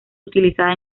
utilizada